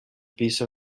piece